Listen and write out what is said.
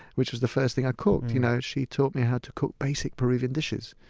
which was the first thing i cooked. you know she taught me how to cook basic peruvian dishes.